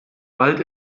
bald